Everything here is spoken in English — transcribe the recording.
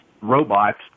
robots